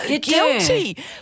guilty